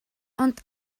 ond